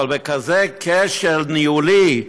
אבל בכזה כשל ניהולי,